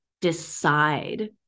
decide